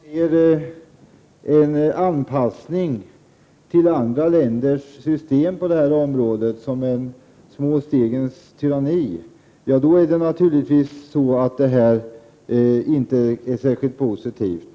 Herr talman! Om man ser en anpassning till andra länders system på detta område som de små stegens tyranni, är detta naturligtvis inte särskilt positivt.